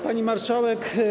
Pani Marszałek!